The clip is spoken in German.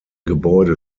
gebäude